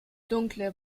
dunkle